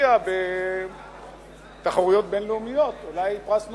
תופיע לתחרויות בין-לאומיות, אולי פרס נובל.